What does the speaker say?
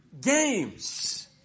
Games